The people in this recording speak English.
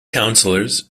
councillors